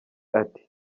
ati